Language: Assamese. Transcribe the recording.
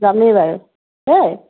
যামেই বাৰু দেই